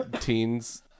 teens